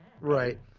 Right